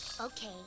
Okay